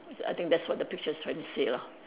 I think that's what the picture is trying to say lah